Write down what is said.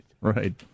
Right